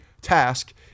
task